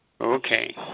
Okay